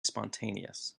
spontaneous